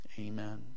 Amen